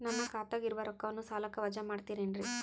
ನನ್ನ ಖಾತಗ ಇರುವ ರೊಕ್ಕವನ್ನು ಸಾಲಕ್ಕ ವಜಾ ಮಾಡ್ತಿರೆನ್ರಿ?